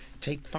Take